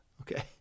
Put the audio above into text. Okay